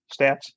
stats